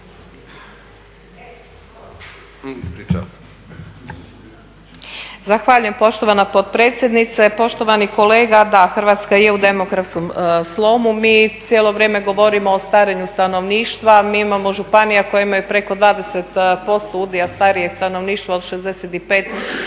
Zahvaljujem poštovana potpredsjednice, poštovani kolega. Da, Hrvatska je u demografskom slomu. Mi cijelo vrijeme govorimo o starenju stanovništva. Mi imamo županija koje imaju preko 20% udjela starijeg stanovništva od 65